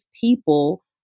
people